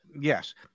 Yes